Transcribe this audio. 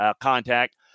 contact